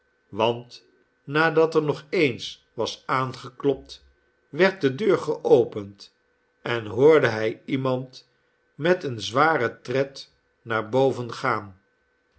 want nadat er nog eens was aangeklopt werd de deur geopend en hoorde hij iemand met een zwaren tred naar boven gaan